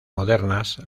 modernas